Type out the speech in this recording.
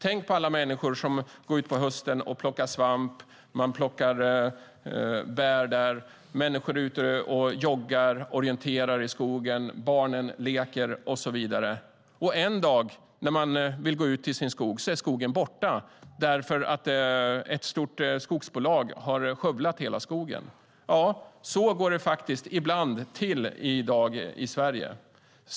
Tänk på alla människor som går ut i skogen på hösten och plockar svamp och bär, joggar och orienterar, barnen leker och så vidare, och en dag när man vill gå ut i sin skog är skogen borta, därför att ett stort skogsbolag har skövlat hela skogen. Ja, så går det faktiskt ibland till i dag i Sverige.